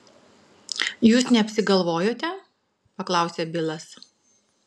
jūs neapsigalvojote paklausė bilas